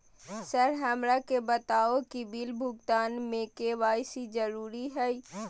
Sir हमरा के बताओ कि बिल भुगतान में के.वाई.सी जरूरी हाई?